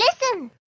listen